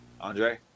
Andre